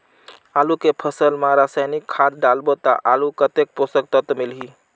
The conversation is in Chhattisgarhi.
आलू के फसल मा रसायनिक खाद डालबो ता आलू कतेक पोषक तत्व मिलही?